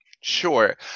Sure